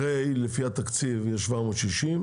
הרי לפי התקציב יש 760,